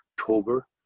October